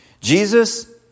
Jesus